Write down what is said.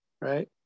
right